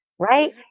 Right